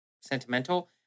sentimental